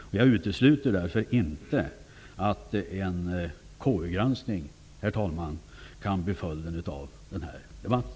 Jag utesluter därför inte att en KU-granskning, herr talman, kan bli följden av denna debatt.